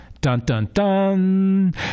Dun-dun-dun